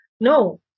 No